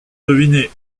deviné